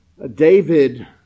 David